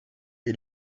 est